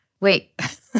Wait